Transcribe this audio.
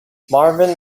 marvin